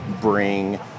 bring